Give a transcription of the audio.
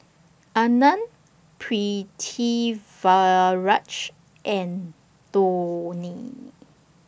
Anand Pritiviraj and Dhoni